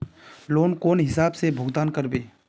Loan कौन हिसाब से भुगतान करबे?